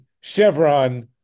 Chevron